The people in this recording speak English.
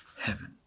heaven